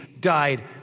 died